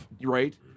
Right